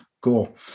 cool